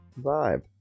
vibe